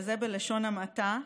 וזה בלשון המעטה.